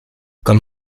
comme